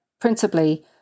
principally